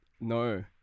no